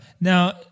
Now